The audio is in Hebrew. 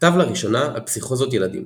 כתב לראשונה על פסיכוזות ילדים.